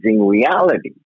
reality